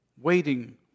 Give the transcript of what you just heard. Waiting